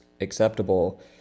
acceptable